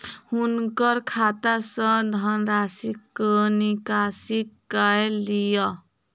हुनकर खाता सॅ धनराशिक निकासी कय लिअ